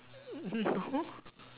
no